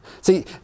See